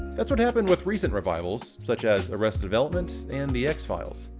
that's what happened with recent revivals, such as arrested development and the x-files.